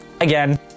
Again